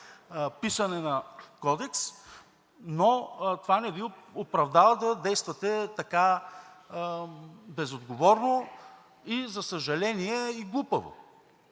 писане на кодекс, но това не Ви оправдава да действате така безотговорно и, за съжаление, и глупаво.